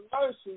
mercy